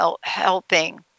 helping